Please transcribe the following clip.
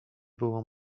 było